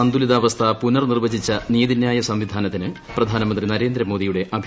സന്തുലിതാവസ്ഥ പുനർ നിർവചിച്ച നീതിന്യായ സംവിധാനത്തിന് പ്രധാനമന്ത്രി നരേന്ദ്രമോദിയുടെ അഭിനന്ദനം